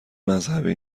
مذهبی